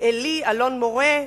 עלי, אלון-מורה,